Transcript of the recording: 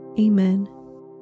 Amen